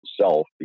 self